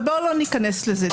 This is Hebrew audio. אבל בואו לא ניכנס לזה.